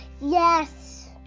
Yes